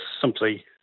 simply